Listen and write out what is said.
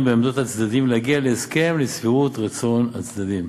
בין עמדות הצדדים ולהגיע להסכם לשביעות רצון הצדדים.